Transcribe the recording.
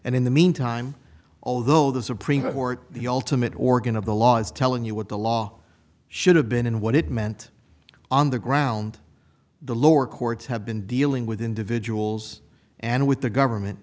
and in the meantime although the supreme court the ultimate organ of the law is telling you what the law should have been and what it meant on the ground the lower courts have been dealing with individuals and with the government